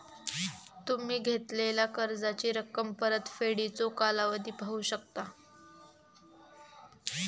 तुम्ही घेतलेला कर्जाची रक्कम, परतफेडीचो कालावधी पाहू शकता